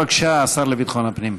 בבקשה, השר לביטחון הפנים.